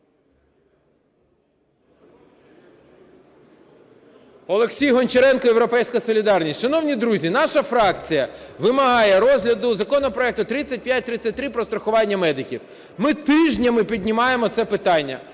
Олексій Гончаренко, "Європейська солідарність". Шановні друзі, наша фракція вимагає розгляду законопроекту 3533 про страхування медиків. Ми тижнями піднімаємо це питання.